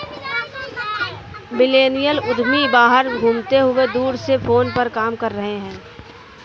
millennial उद्यमी बाहर घूमते हुए दूर से फोन पर काम कर रहे हैं